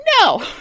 no